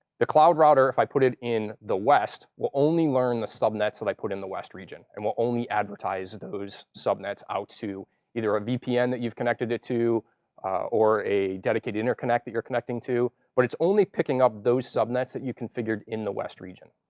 the cloud router, if i put it in the west, will only learn the subnets that i put in the west region. and it will only advertise those subnets out to either a vpn that you've connected it to or a dedicated interconnect that you're connecting to. but it's only picking up those subnets that you configured in the west region.